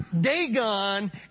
Dagon